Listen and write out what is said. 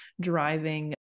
driving